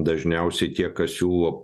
dažniausiai tie kas siūlo